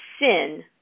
sin